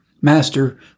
Master